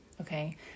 okay